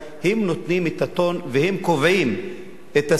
הם נותנים את הטון והם קובעים את השיח,